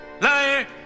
Liar